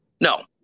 no